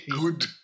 Good